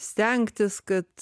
stengtis kad